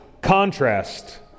contrast